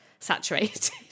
Saturated